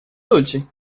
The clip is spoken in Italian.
dolci